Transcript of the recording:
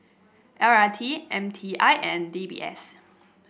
L R T M T I and D B S